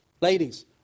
Ladies